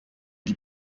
die